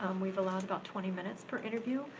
um we've allowed about twenty minutes per interview,